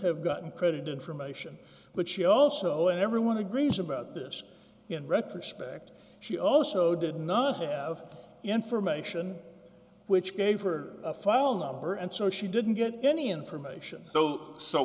have gotten credit information but she also everyone agrees about this in retrospect she also did not have information which gave her a file number and so she didn't get any information so so